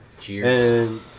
Cheers